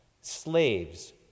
Slaves